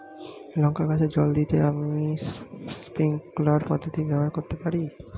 লঙ্কা গাছে জল দিতে আমি স্প্রিংকলার পদ্ধতি ব্যবহার করতে পারি?